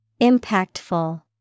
Impactful